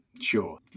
Sure